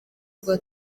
rwa